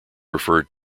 referred